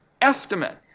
estimate